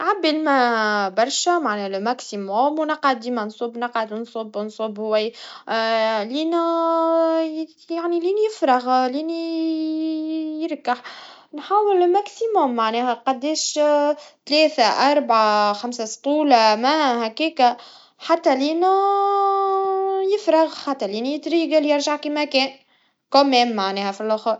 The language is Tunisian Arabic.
عبي الما برشا معناها للحد الأقصى, مونا قد مانصب وقعد نصبوا نصب نصب, وي- لينا يعني لين يفرغ, لين ي يرقح, نحاول للحد الأقصى معناها, قديش؟ تلاتا أربعا, خمس سطول, ما هكاكا, حتى لين يفرغ, حتى لين يترجل يرجع كيما كان, كومين معناها فالآخر.